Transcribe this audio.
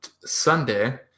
Sunday